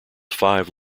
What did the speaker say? five